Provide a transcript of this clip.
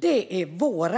Det är vår